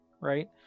Right